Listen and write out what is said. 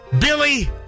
Billy